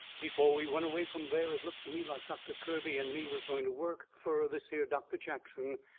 before we went away from there it looked to me like doctor kirby and me was going to work fur this here doctor jackson,